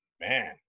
man